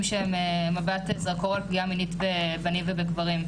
שהם מבט זרקור על פגיעה מינית בבנים ובגברים,